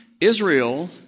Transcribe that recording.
Israel